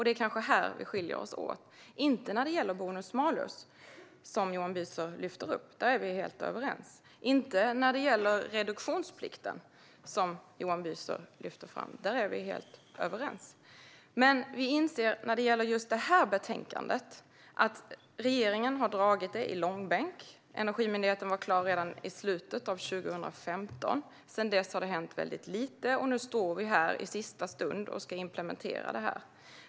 Det är kanske här vi skiljer oss åt, inte när det gäller bonus-malus, som Johan Büser lyfter upp - det är vi helt överens om, och inte heller när det gäller reduktionsplikten, som Johan Büser också lyfter upp - det är vi helt överens om. När det gäller just det här betänkandet inser vi dock att regeringen har dragit det i långbänk. Energimyndigheten var klar redan i slutet av 2015. Sedan dess har det hänt väldigt lite. Och nu står vi här, i sista stund, och ska implementera det.